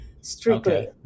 strictly